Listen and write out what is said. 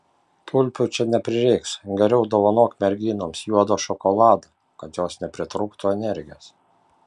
tulpių čia neprireiks geriau dovanok merginoms juodo šokolado kad jos nepritrūktų energijos